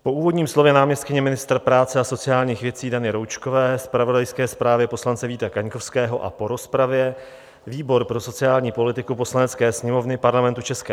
Po úvodním slově náměstkyně ministra práce a sociálních věcí Dany Roučkové, zpravodajské zprávě poslance Víta Kaňkovského a po rozpravě výbor pro sociální politiku Poslanecké sněmovny Parlamentu ČR